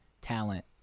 talent